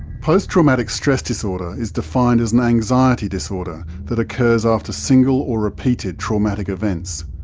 post traumatic stress disorder is defined as an anxiety disorder that occurs after single or repeated traumatic events.